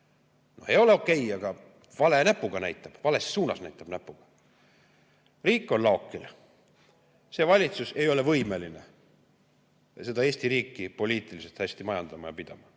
ei ole okei, aga vale näpuga näitab, vales suunas näitab näpuga. Riik on laokil. See valitsus ei ole võimeline Eesti riiki poliitiliselt hästi majandama ja pidama.